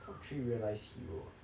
top three real life hero ah